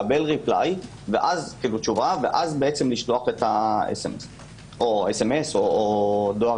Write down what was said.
לקבל תשובה ואז לשלוח את הסמ"ס או דואר